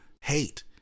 hate